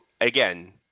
Again